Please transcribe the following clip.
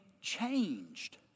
changed